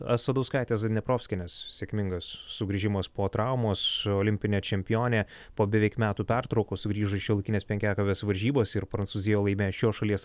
asadauskaitės zadneprovskienės sėkmingas sugrįžimas po traumos olimpinė čempionė po beveik metų pertraukos sugrįžo į šiuolaikinės penkiakovės varžybas ir prancūzijoj laimėjo šios šalies